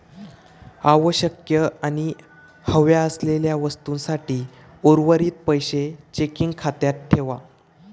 आवश्यक आणि हव्या असलेल्या वस्तूंसाठी उर्वरीत पैशे चेकिंग खात्यात ठेवा